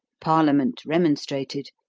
parliament remonstrated.